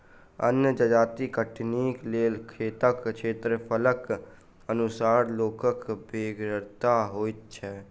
अन्न जजाति कटनीक लेल खेतक क्षेत्रफलक अनुसार लोकक बेगरता होइत छै